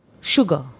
Sugar